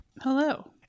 Hello